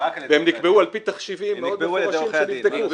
והם נקבעו על פי תחשיבים מאוד מפורשים שנבדקו.